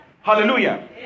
Hallelujah